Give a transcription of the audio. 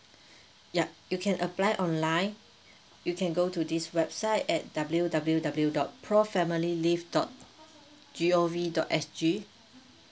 yup you can apply online you can go to this website at W W W dot pro family live dot G O V dot S G